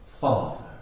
Father